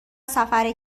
سفر